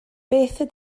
ydy